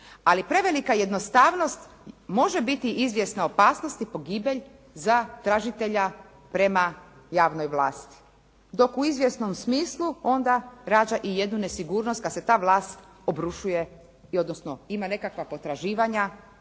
ali prevelika jednostavnost može biti izvjesna opasnost i pogibelj za tražitelja prema javnoj vlasti dok u izvjesnom smislu onda rađa i jednu nesigurnost kad se ta vlast obrušuje, odnosno ima nekakva potraživanja